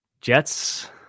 Jets